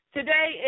Today